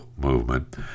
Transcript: movement